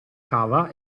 cava